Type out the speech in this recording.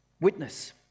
Witness